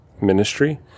ministry